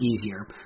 easier